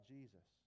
Jesus